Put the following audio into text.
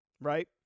Right